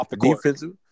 defensive